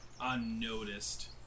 unnoticed